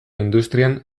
industrian